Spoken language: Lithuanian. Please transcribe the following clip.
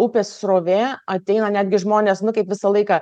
upės srovė ateina netgi žmonės nu kaip visą laiką